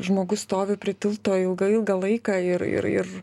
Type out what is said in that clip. žmogus stovi prie tilto ilgą ilgą laiką ir ir ir